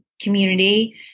community